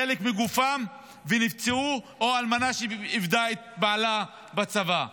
חלק מגופם ונפצעו, או אלמנה שאיבדה את בעלה בצבא.